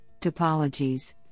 topologies